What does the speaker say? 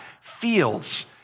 fields